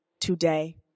today